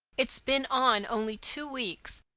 it's been on only two weeks,